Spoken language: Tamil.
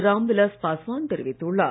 ராம்விலாஸ் பாஸ்வான் தெரிவித்துள்ளார்